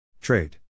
Trade